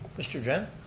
mr. dren.